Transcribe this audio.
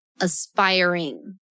aspiring